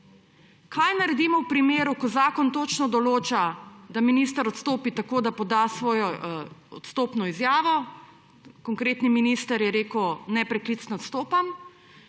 Kaj naredimo v primeru, ko zakon točno določa, da minister odstopi tako, da poda svojo odstopno izjavo, konkretni minister je rekel, da nepreklicno odstopa,